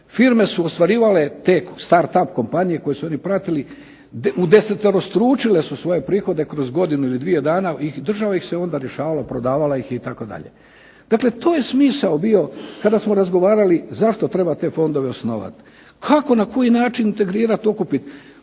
Firme su ostvarivale, te start up kompanije koje su oni pratili udeseterostručile su svoje prihode kroz godinu ili dvije godine, i država ih se onda rješavala, prodavala ih je itd. Dakle to je smisao bio kada smo razgovarali zašto treba te fondove osnovati. Kako, na koji način integrirati, okupiti.